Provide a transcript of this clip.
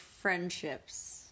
friendships